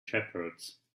shepherds